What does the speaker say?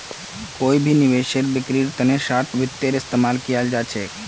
कोई भी निवेशेर बिक्रीर तना शार्ट वित्तेर इस्तेमाल कियाल जा छेक